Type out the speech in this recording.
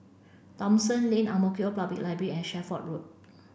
Thomson Lane Ang Mo Kio Public Library and Shelford Road